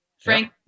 frank